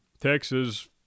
Texas